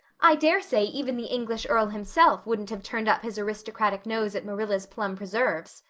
i daresay even the english earl himself wouldn't have turned up his aristocratic nose at marilla's plum preserves,